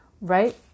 right